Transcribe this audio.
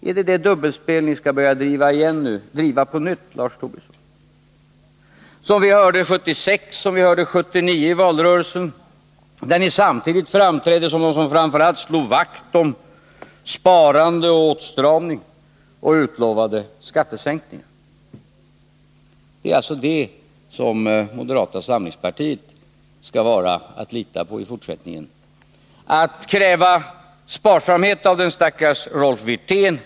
Är det det här dubbelspelet ni skall börja driva på nytt, Lars Tobisson? Det har vi sett er driva 1976 och 1979 i valrörelsen, då ni framträdde som de som framför allt slog vakt om sparande och åtstramning samtidigt som ni utlovade skattesänkningar. Det är alltså detta som skall gälla i fortsättningen, när man skall lita på moderata samlingspartiet. Av den stackars Rolf Wirtén skall krävas sparsamhet.